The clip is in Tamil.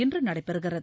இன்று நடைபெறுகிறது